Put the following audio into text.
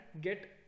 get